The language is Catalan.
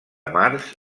març